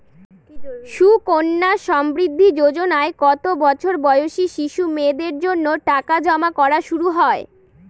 সুকন্যা সমৃদ্ধি যোজনায় কত বছর বয়সী শিশু মেয়েদের জন্য টাকা জমা করা শুরু হয়?